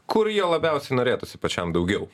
kur jau labiausiai norėtųsi pačiam daugiau